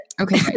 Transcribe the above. okay